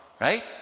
right